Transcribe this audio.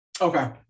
Okay